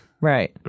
Right